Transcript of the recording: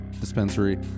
dispensary